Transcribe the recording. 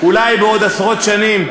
אולי בעוד עשרות שנים,